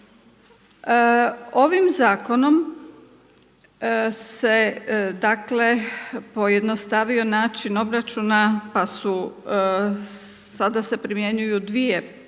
Ovim zakonom se pojednostavio način obračuna pa su sada se primjenjuju dvije porezne